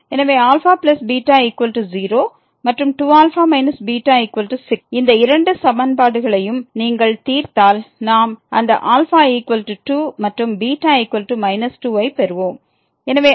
எனவே αβ0 மற்றும் 2α β6 இந்த இரண்டு சமன்பாடுகளையும் நீங்கள் தீர்த்தால் நாம் அந்த α2 மற்றும் β 2 ஐப் பெறுவோம்